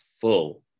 full